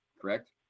Correct